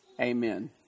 Amen